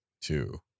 two